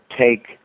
take